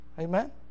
Amen